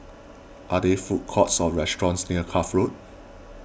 are there food courts or restaurants near Cuff Road